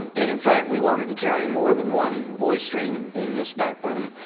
and in fact, we wanted to carry more than one voice stream in this backbone.